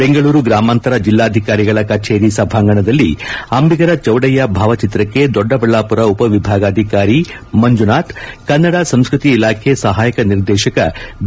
ಬೆಂಗಳೂರು ಗ್ರಾಮಾಂತರ ಜಿಲ್ಲಾಧಿಕಾರಿಗಳ ಕಚೇರಿ ಸಭಾಂಗಣದಲ್ಲಿ ಅಂಬಿಗರ ಚೌಡಯ್ದ ಭಾವಚಿತ್ರಕ್ಷೆ ದೊಡ್ಡಬಳ್ಳಾಪುರ ಉಪವಿಭಾಗಾಧಿಕಾರಿ ಮಂಜುನಾಥ್ ಕನ್ನಡ ಸಂಸ್ಕೃತಿ ಇಲಾಖೆ ಸಹಾಯಕ ನಿರ್ದೇಶಕ ಬಿ